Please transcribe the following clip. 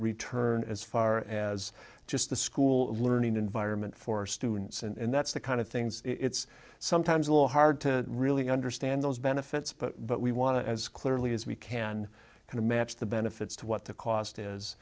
return as far as just the school learning environment for students and that's the kind of things it's sometimes a little hard to really understand those benefits but but we want to as clearly as we can kind of match the benefits to what the cost